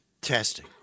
Testing